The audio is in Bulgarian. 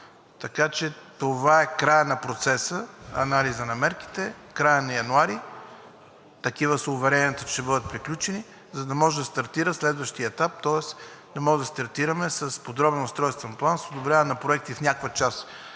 Така че това е краят на процеса: анализът на мерките – края на януари. Такива са уверенията – че ще бъдат приключени, за да може да стартира следващият етап, тоест да може да стартираме с подробен устройствен план, с одобряване на проекти в някаква част